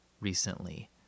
recently